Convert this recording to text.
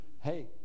hey